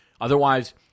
Otherwise